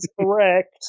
correct